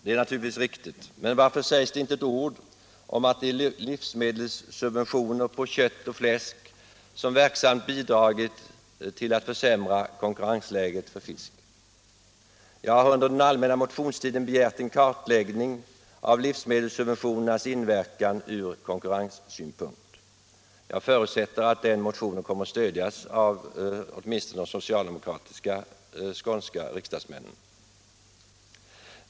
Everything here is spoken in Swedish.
Det är naturligtvis riktigt, men varför sägs det inte ett ord om de livsmedelssubventioner på kött Allmänpolitisk debatt Allmänpolitisk debatt och fläsk som verksamt bidragit till att försämra konkurrensläget för fisk? Jag har under den allmänna motionstiden begärt en kartläggning av livsmedelssubventionernas inverkan från konkurrenssynpunkt. Jag förutsätter att den motionen kommer att stödjas åtminstone av socialdemokratiska skånska riksdagsmän.